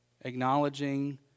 acknowledging